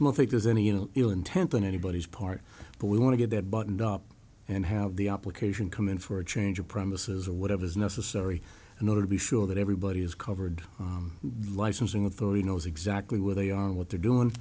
think there's any you know ill intent on anybody's part but we want to get that buttoned up and have the obligation come in for a change of premises or whatever's necessary in order to be sure that everybody is covered licensing authority knows exactly where they are and what they're doing